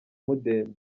mudende